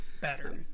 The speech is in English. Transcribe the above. better